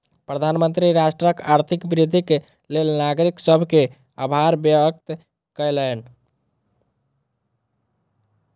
प्रधानमंत्री राष्ट्रक आर्थिक वृद्धिक लेल नागरिक सभ के आभार व्यक्त कयलैन